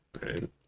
Right